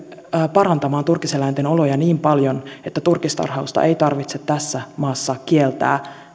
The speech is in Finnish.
parantamaan turkiseläinten oloja niin paljon että turkistarhausta ei tarvitse tässä maassa kieltää